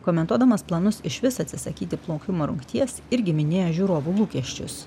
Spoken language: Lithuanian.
komentuodamas planus išvis atsisakyti plaukimo rungties irgi minėjo žiūrovų lūkesčius